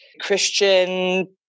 Christian